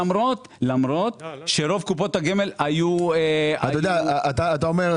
למרות שקופות גמל היו --- אתה אומר: